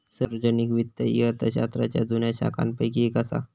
सार्वजनिक वित्त ही अर्थशास्त्राच्या जुन्या शाखांपैकी येक असा